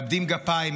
מאבדים גפיים,